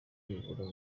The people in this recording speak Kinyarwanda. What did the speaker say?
nibura